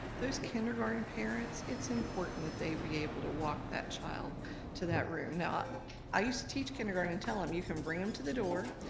those kindergarten parents, it's important that they be able to walk that child to that room. i used to teach kindergarten and tell em, you can bring em to the door,